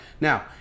Now